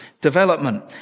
development